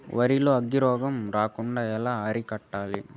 వరి లో అగ్గి రోగం రాకుండా ఎలా అరికట్టాలి?